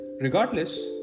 Regardless